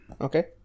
Okay